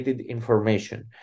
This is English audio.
information